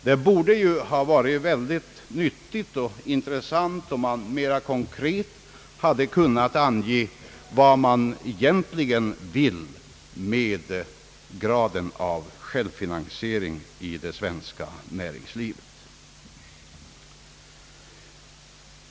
Det hade ju varit väldigt nyttigt och intressant om man mera konkret hade kunnat ange vad man egentligen vill med talet om graden av självfinansiering i det svenska näringslivet.